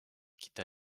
quitta